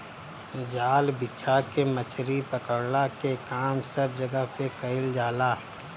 जाल बिछा के मछरी पकड़ला के काम सब जगह पे कईल जाला